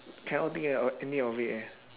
cannot think of any of it eh